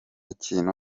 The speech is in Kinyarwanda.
kintu